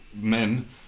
men